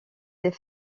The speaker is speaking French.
des